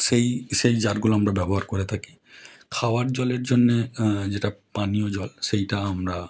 সেই সেই জারগুলো আমরা ব্যবহার করে থাকি খাওয়ার জলের জন্য যেটা পানীয় জল সেটা আমরা